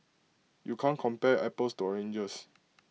you can't compare apples to oranges